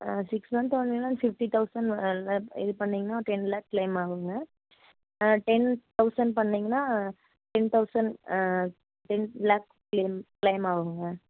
ஆ six month ஒன்லின்னா sixty thousand இது பண்ணிங்கன்னா டென் லாக் க்ளைம் ஆகும்ங்க டென் தௌசண்ட் பண்ணிங்கன்னா ten thousand ten lakh claim claim ஆகுங்க